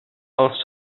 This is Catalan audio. els